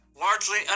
largely